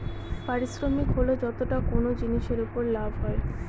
পারিশ্রমিক হল যতটা কোনো জিনিসের উপর লাভ হয়